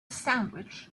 sandwich